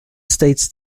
states